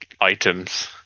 items